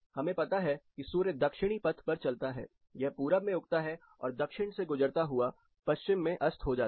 हमें पता है कि सूर्य दक्षिणी पथ पर चलता है यह पूरब में उगता है और दक्षिण से गुजरता हुआ पश्चिम में अस्त हो जाता है